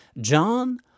John